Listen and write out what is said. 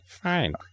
Fine